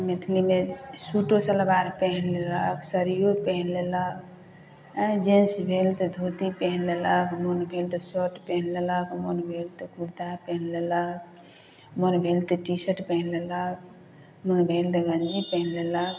मैथिलीमे शूटो सलबार पेन्ह लेलक साड़ियो पेन्ह लेलक आइँ जेंट्स भेल तऽ धोती पेन्ह लेलक मोन भेल तऽ शर्ट पेन्ह लेलक मोन भेल तऽ कुर्ता पेन्ह लेलक मोन भेल तऽ टी शर्ट पेन्ह लेलक मोन भेल तऽ गंजी पेन्ह लेलक